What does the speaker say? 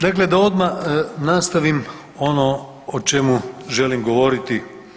Dakle da odmah nastavim ono o čemu želim govoriti.